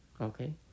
Okay